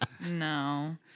No